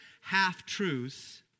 half-truths